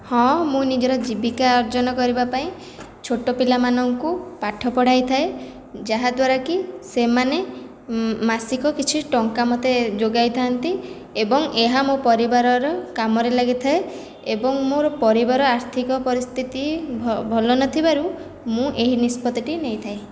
ହଁ ମୁଁ ନିଜର ଜୀବିକା ଅର୍ଜନ କରିବା ପାଇଁ ଛୋଟ ପିଲାମାନଙ୍କୁ ପାଠ ପଢ଼ାଇ ଥାଏ ଯାହାଦ୍ୱାରାକି ସେମାନେ ମାସିକ କିଛି ଟଙ୍କା ମୋତେ ଯୋଗାଇଥାନ୍ତି ଏବଂ ଏହା ମୋ ପରିବାରର କାମରେ ଲାଗିଥାଏ ଏବଂ ମୋର ପରିବାର ଆର୍ଥିକ ପରିସ୍ଥିତି ଭଲ ନଥିବାରୁ ମୁଁ ଏହି ନିଷ୍ପତିଟି ନେଇଥାଏ